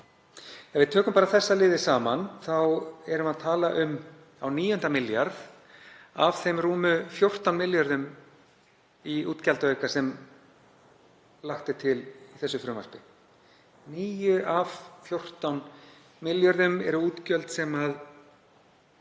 Ef við tökum bara þessa liði saman þá erum við að tala um á níunda milljarð af þeim rúmu 14 milljörðum í útgjaldaauka sem lagt er til í þessu frumvarpi. 9 af 14 milljörðum eru útgjöld sem